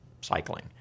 cycling